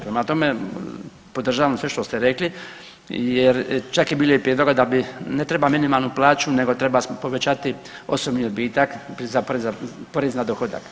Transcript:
Prema tome, podržavam sve što ste rekli jer čak je bilo i prijedloga da bi ne treba minimalnu plaću nego treba povećati osobni odbitak porez na dohodak.